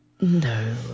No